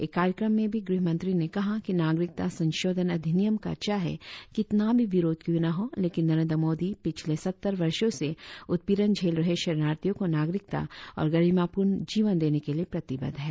एक कार्यक्रम में भी गृहमंत्री ने कहा कि नागरिकता संशोधन अधिनियम का चाहे कितना भी विरोध क्यों न हों लेकिन नरेंद्र मोदी पिछले सत्तर वर्षों से उत्पीड़न झेल रहे शरणार्थियों को नाग़रिकता और गरिमापूर्ण जीवन देने के लिए प्रतिबद्ध है